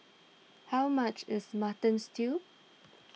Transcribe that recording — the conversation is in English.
how much is Mutton Stew